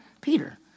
Peter